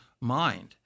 mind